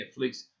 Netflix